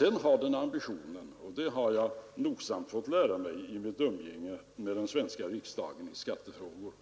Jag har nogsamt fått lära mig i mitt umgänge med den svenska riksdagen i skattefrågor